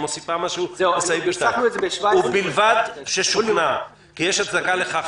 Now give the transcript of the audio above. היא מוסיפה משהו ל- (ב2): "...ובלבד ששוכנע שיש הצדקה לכך,